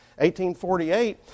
1848